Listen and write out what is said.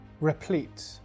replete